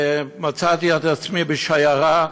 מצאתי את עצמי בשיירה ענקית.